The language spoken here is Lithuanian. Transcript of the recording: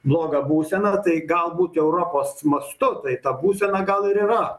blogą būseną tai galbūt europos mastu tai ta būsena gal ir yra